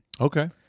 Okay